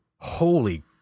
Holy